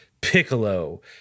Piccolo